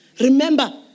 Remember